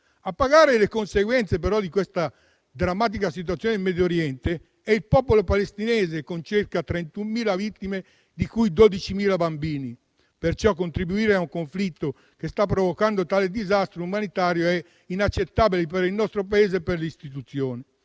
A pagare le conseguenze di questa drammatica situazione in Medio Oriente è il popolo palestinese, con 31.000 vittime, di cui 12.000 bambini. Contribuire a un conflitto che sta provocando un tale disastro umanitario è inaccettabile per il nostro Paese e per le sue istituzioni.